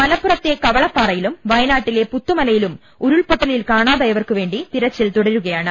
മലപ്പുറത്തെ കവളപ്പാറയിലും വയനാട്ടിലെ പുത്തുമല യിലും ഉരുൾപ്പൊട്ടലിൽ കാണാതായവർക്ക് വേണ്ടി തിരച്ചിൽ തുടരുകയാണ്